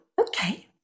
okay